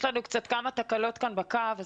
יש לנו כמה תקלות כאן בקו.